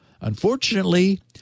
Unfortunately